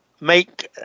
make